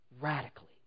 radically